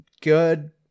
good